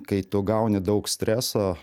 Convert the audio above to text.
kai tu gauni daug streso